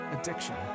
addiction